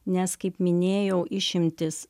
nes kaip minėjau išimtis